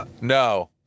No